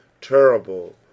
terrible